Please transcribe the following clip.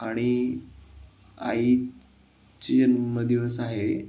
आणि आईची जन्मदिवस आहे